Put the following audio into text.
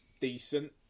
decent